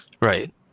right